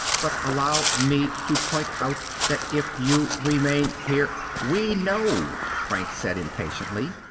but allow me to point out that if you remain here we know, franks said impatiently.